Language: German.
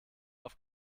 auf